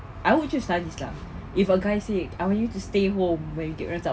I would choose studies lah if a guy said I want you to stay home when you get wraps up